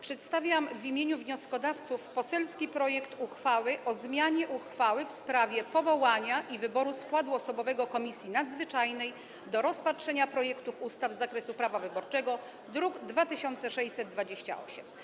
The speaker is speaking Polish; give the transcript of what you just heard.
Przedstawiam w imieniu wnioskodawców poselski projekt uchwały o zmianie uchwały w sprawie powołania i wyboru składu osobowego Komisji Nadzwyczajnej do rozpatrzenia projektów ustaw z zakresu prawa wyborczego, druk nr 2628.